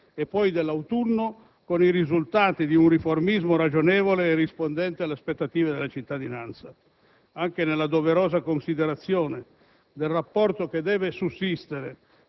alla sessione finanziaria d'estate e poi dell'autunno con i risultati di un riformismo ragionevole e rispondente alle aspettative della cittadinanza. Anche nella doverosa considerazione